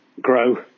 grow